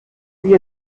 wie